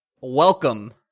Welcome